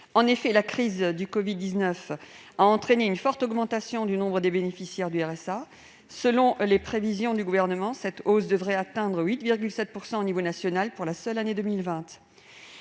En effet, la crise du covid-19 a entraîné une forte augmentation du nombre de bénéficiaires du RSA. Selon les prévisions du Gouvernement, cette hausse devrait atteindre 8,7 % au niveau national pour la seule année 2020.